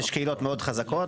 יש קהילות מאוד חזקות.